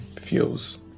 feels